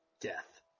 death